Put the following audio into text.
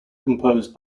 composed